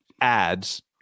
ads